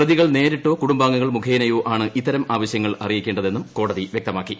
പ്രതികൾ നേരിട്ടോ കുടുംബാംഗങ്ങൾ മുഖേനയോ ആണ് ഇത്തരം ആവശ്യങ്ങൾ അറിയിക്കേണ്ടതെന്നും കോടതി വ്യക്തമാക്കി